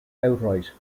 outright